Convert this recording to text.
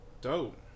Dope